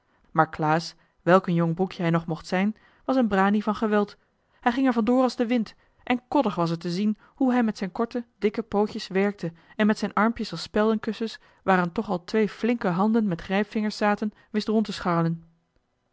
maar klaas welk een jong broekje hij nog mocht zijn was een branie van geweld hij ging er van door als de wind en joh h been paddeltje de scheepsjongen van michiel de ruijter koddig was het te zien hoe hij met zijn korte dikke pootjes werkte en met zijn armpjes als speldenkussens waaraan toch al twee flinke handen met grijpvingers zaten wist rond te scharrelen